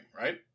right